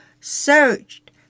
searched